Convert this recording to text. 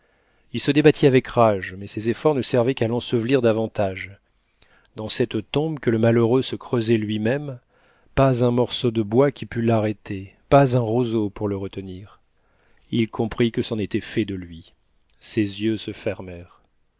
il se débattit avec rage mais ces efforts ne servaient qu'à l'ensevelir davantage dans cette tombe que le malheureux se creusait lui-même pas un morceau de bois qui pût l'arrêter pas un roseau pour le retenir il comprit que c'en était fait de lui ses yeux se